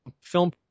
film